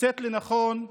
מוצאת לנכון,